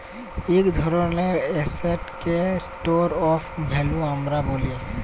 ইক ধরলের এসেটকে স্টর অফ ভ্যালু আমরা ব্যলি